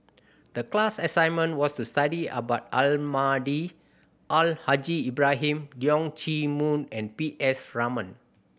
the class assignment was to study about Almahdi Al Haj Ibrahim Leong Chee Mun and P S Raman